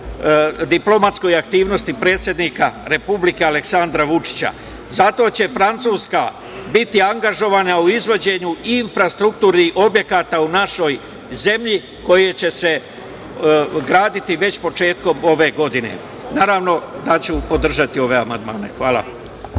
diplomatskoj aktivnosti predsednika Republike Aleksandra Vučića. Zato će Francuska biti angažovana u izvođenju infrastrukturnih objekata u našoj zemlji koji će se graditi već početkom ove godine. Naravno da ću podržati ove amandmane. Hvala.